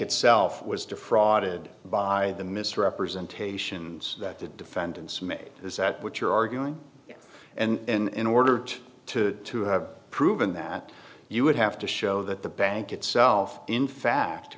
itself was defrauded by the misrepresentations that the defendants made is that what you're arguing and in order to to to have proven that you would have to show that the bank itself in fact